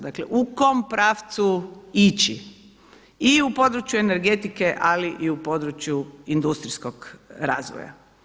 Dakle, u kom pravcu ići i u području energetike, ali i u području industrijskog razvoja?